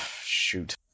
Shoot